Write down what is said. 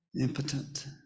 impotent